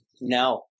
No